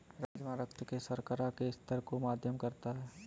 राजमा रक्त शर्करा के स्तर को मध्यम करता है